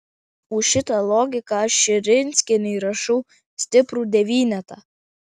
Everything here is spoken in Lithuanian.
už šitą logiką aš širinskienei rašau stiprų devynetą